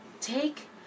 take